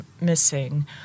missing